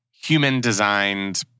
human-designed